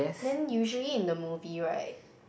then usually in the movie right